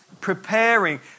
preparing